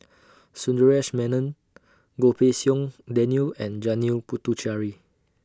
Sundaresh Menon Goh Pei Siong Daniel and Janil Puthucheary